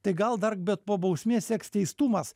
tai gal dar bet po bausmės seks teistumas